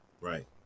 Right